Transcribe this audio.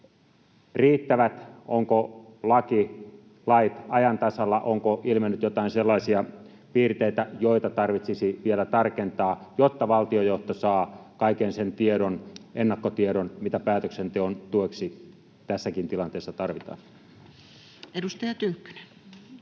riittävät. Onko laki, lait, ajan tasalla? Onko ilmennyt joitain sellaisia piirteitä, joita tarvitsisi vielä tarkentaa, jotta valtionjohto saa kaiken sen tiedon, ennakkotiedon, mitä päätöksenteon tueksi tässäkin tilanteessa tarvitaan? [Speech